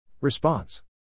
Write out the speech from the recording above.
Response